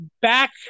back